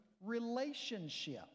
relationship